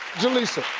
julissa,